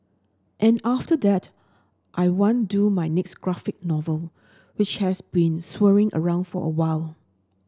and after that I want do my next graphic novel which has been swirling around for a while